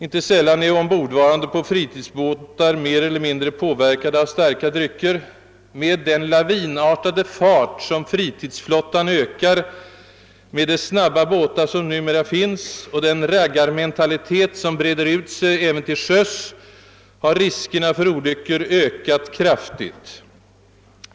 Inte sällan är ombordvarande på fritidsbåtar mer eller mindre påverkade av starka drycker. Med den lavinartade fart som fritidsflottan ökar, med de snabba båtar som numera finns och den ”raggarmentalitet" som breder ut sig även till sjöss har riskerna för olyckor ökat kraftigt.